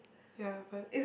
ya but